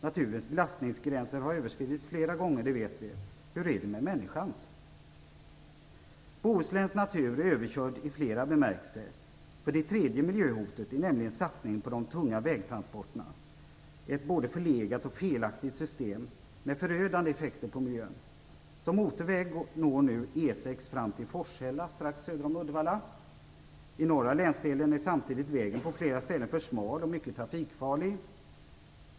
Naturens belastningsgränser har överskridits flera gånger om, det vet vi. Hur är det med människans? Bohusläns natur är överkörd i flera bemärkelser. Det tredje miljöhotet är nämligen satsningen på de tunga vägtransporterna, ett både förlegat och felaktigt system med förödande effekter på miljön. Som motorväg når nu E 6 fram till Forshälla strax söder om Uddevalla. I norra länsdelen är samtidigt vägen på flera ställen för smal och mycket trafikfarlig.